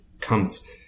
comes